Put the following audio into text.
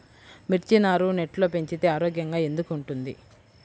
మిర్చి నారు నెట్లో పెంచితే ఆరోగ్యంగా ఎందుకు ఉంటుంది?